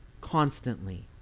constantly